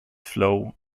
flow